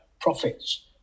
profits